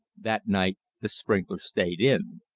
that night the sprinklers stayed in.